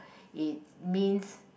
it means